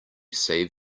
save